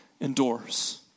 endorse